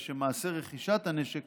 מעשה רכישת הנשק